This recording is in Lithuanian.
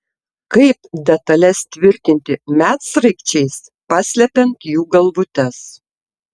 kaip detales tvirtinti medsraigčiais paslepiant jų galvutes